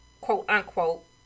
quote-unquote